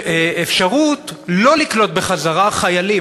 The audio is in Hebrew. אפשרות לא לקלוט בחזרה חיילים,